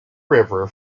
river